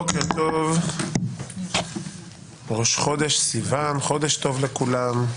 בוקר טוב, ראש חודש סיון, חודש טוב לכולם.